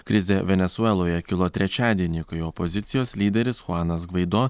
krizė venesueloje kilo trečiadienį kai opozicijos lyderis chuanas gvaido